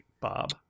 Bob